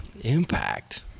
Impact